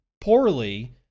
poorly